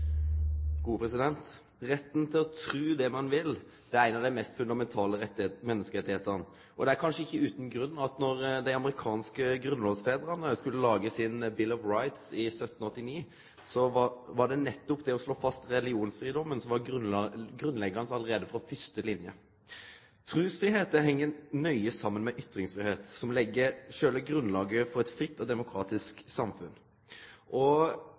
Retten til å tru det ein vil, er ein av dei mest fundamentale menneskerettane. Det er kanskje ikkje utan grunn at då dei amerikanske grunnlovsfedrane skulle lage sin Bill of Rights i 1789, var det nettopp det å slå fast religionsfridomen som var grunnleggjande allereie frå fyrste linje. Trusfridom heng nøye saman med ytringsfridom, som legg sjølve grunnlaget for eit fritt og demokratisk samfunn.